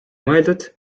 mõeldud